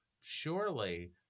surely